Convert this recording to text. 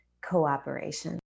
cooperation